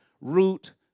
root